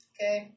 Okay